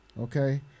okay